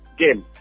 game